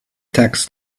tax